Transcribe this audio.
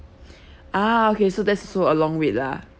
ah okay so that's also a long with lah